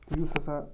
یُس ہسا